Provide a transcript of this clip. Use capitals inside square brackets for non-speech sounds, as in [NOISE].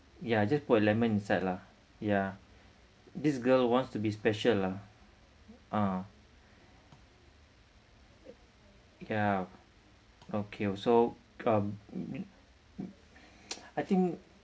ya just put a lemon inside lah ya this girl wants to be special lah ah ya okay so um [NOISE] I think